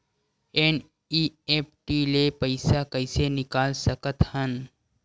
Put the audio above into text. NEFT ले पईसा कइसे निकाल सकत हन?